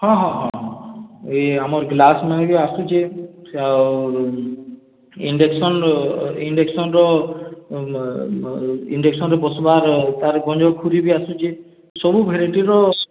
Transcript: ହଁ ହଁ ହଁ ଇ ଆମର୍ ଗ୍ଳାସ୍ ମାନେ ବି ଆସୁଛେ ଆଉ ଇଣ୍ଡକ୍ସନ୍ ଇଣ୍ଡକ୍ସନ୍ ର ଇଣ୍ଡକ୍ସନ୍ ର ବସ୍ବାର୍ ତା'ର୍ ଗଞ୍ଜ ଖୁରୀ ବି ଆସୁଛେ ସବୁ ଭେରାଇଟି ର